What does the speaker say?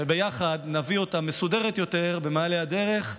וביחד נביא אותה מסודרת יותר במעלה הדרך.